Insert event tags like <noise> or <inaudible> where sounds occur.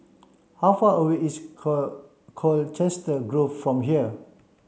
how far away is <unintelligible> Colchester Grove from here